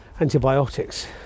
antibiotics